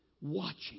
Watching